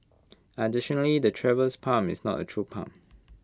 additionally the Traveller's palm is not A true palm